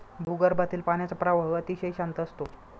भूगर्भातील पाण्याचा प्रवाह अतिशय शांत असतो